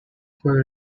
were